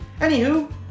Anywho